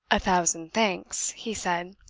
a thousand thanks, he said.